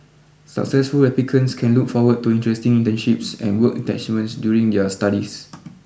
successful applicants can look forward to interesting internships and work attachments during their studies